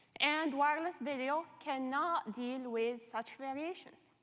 and wireless video can not deal with such variations.